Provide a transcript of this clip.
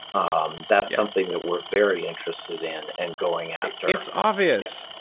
um that's something that we're very interested in and going after it's obvious.